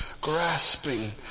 grasping